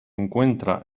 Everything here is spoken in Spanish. encuentra